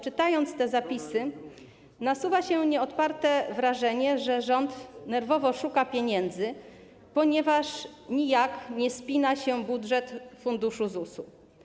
Czytając te zapisy, nasuwa się nieodparte wrażenie, że rząd nerwowo szuka pieniędzy, ponieważ nijak nie spina się budżet funduszu ZUS.